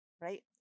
right